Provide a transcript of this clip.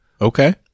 Okay